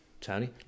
Tony